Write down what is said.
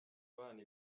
abana